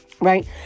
Right